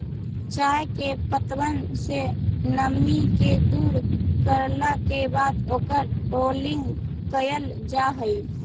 चाय के पत्तबन से नमी के दूर करला के बाद ओकर रोलिंग कयल जा हई